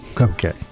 Okay